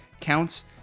counts